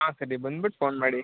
ಆಂ ಸರಿ ಬಂದ್ಬಿಟ್ಟು ಫೋನ್ ಮಾಡಿ